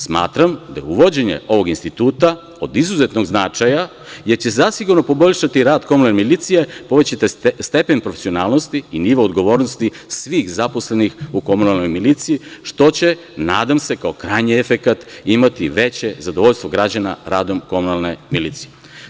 Smatram da je uvođenje ovog instituta od izuzetnog značaja, jer će zasigurno poboljšati rad komunalne milicije, povećati stepen profesionalnosti i nivo odgovornosti svih zaposlenih u komunalnoj miliciji, što će nadam se kao krajnji efekat imati veće zadovoljstvo građana radom komunalne milicije.